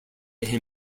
him